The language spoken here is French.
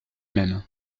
même